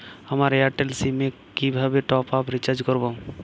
আমার Airtel SIM এ কিভাবে টপ আপ রিচার্জ করবো?